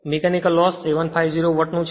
mechanical loss 750 વોટનું છે